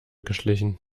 geschlichen